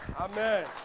Amen